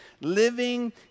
living